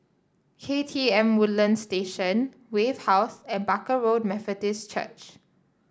K T M Woodlands Station Wave House and Barker Road Methodist Church